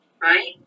right